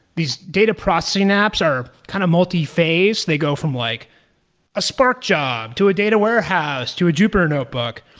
these data processing apps are kind of multi-phase. they go from like a spark job, to a data warehouse, to a jupyter notebook.